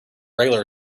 regular